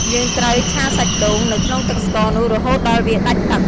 យើងត្រូវឆាសាច់ដូង នៅក្នុងទឹកស្ករនោះរហូតដល់វាដាច់ទឹក។